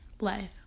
life